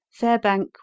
Fairbank